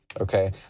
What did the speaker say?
okay